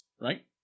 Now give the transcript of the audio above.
Right